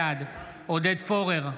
בעד עודד פורר,